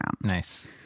Nice